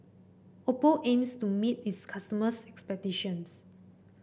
Oppo aims to meet its customers' expectations